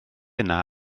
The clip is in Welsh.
yna